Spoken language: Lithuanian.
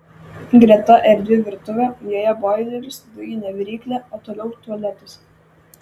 greta erdvi virtuvė joje boileris dujinė viryklė o toliau tualetas